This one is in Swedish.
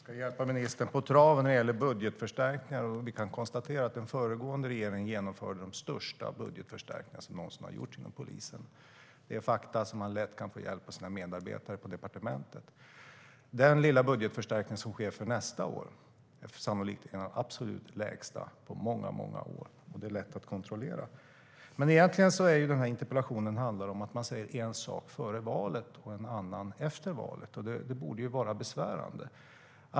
Fru talman! Jag ska hjälpa ministern på traven när det gäller budgetförstärkningarna. Vi kan konstatera att den förra regeringen genomförde de största budgetförstärkningar som någonsin har gjorts inom polisen. Det är fakta som ministerns medarbetare på departementet lätt kan ta fram. Den lilla budgetförstärkning som sker för nästa år är sannolikt en av de absolut lägsta på många, många år. Det är lätt att kontrollera. Egentligen handlar interpellationen om att man säger en sak före valet och en annan efter valet. Det borde vara besvärande.